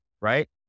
right